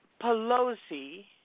Pelosi